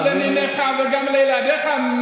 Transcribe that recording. גם לניניך וגם לילדיך,